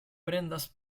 prendas